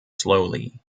slowly